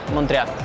Montreal